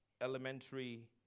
elementary